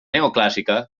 neoclàssica